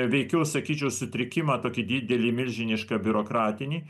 veikiu sakyčiau sutrikimą tokį didelį milžinišką biurokratinį